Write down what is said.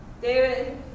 David